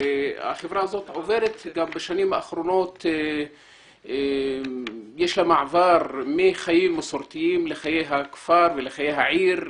החברה הזו בשנים האחרונות עוברת מחיים מסורתיים לחיי הכפר ולחיי העיר.